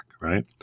right